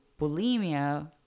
bulimia